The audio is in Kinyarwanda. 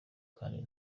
kandi